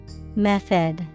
Method